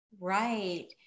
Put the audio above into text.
right